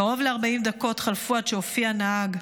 קרוב ל-40 דקות חלפו עד שהופיע הנהג.